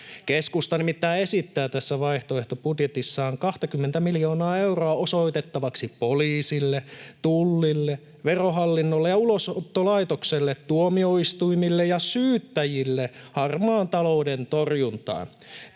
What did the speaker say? Keskusta nimittäin esittää tässä vaihtoehtobudjetissaan 20 miljoonaa euroa osoitettavaksi poliisille, Tullille, Verohallinnolle, Ulosottolaitokselle, tuomioistuimille ja syyttäjille harmaan talouden torjuntaan.